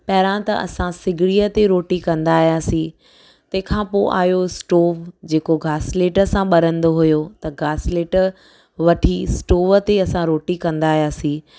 पहिरां त असां सिगड़ीअ ते रोटी कंदा हुआसीं तंहिंखां पोइ आयो स्टोव जेको घासलेट सां बरंदो हुयो त घासलेट वठी स्टोव ते असां रोटी कंदा हुआसीं